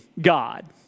God